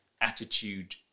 attitude